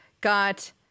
got